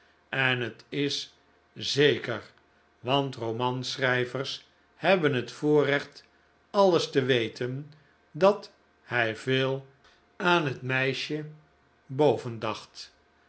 en het is zeker want romanschrijvers hebben het voorrecht alles te weten dat hij veel aan het meisje